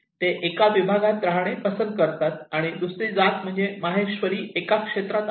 ते एका विभागात राहणे पसंत करतात आणि दुसरी जात म्हणजे माहेश्वरी एका क्षेत्रात आहेत